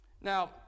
Now